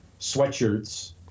sweatshirts